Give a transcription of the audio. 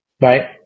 right